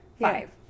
five